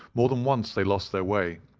more than once they lost their way,